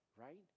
right